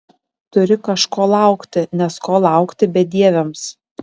turi kažko laukti nes ko laukti bedieviams